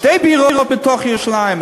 שתי בירות בתוך ירושלים,